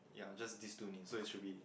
ya just these two only so it should be